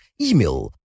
email